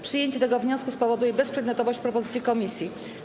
Przyjęcie tego wniosku spowoduje bezprzedmiotowość propozycji komisji.